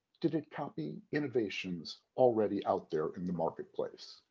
did it copy innovations already out there in the marketplace?